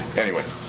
anyways.